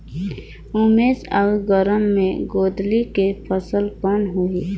उमस अउ गरम मे गोंदली के फसल कौन होही?